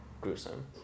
gruesome